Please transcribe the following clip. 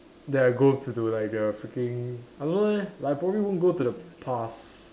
then I go to like the fricking I don't know leh like I probably wouldn't go to the past